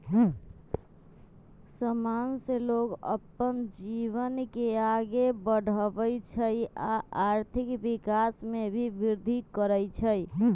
समान से लोग अप्पन जीवन के आगे बढ़वई छई आ आर्थिक विकास में भी विर्धि करई छई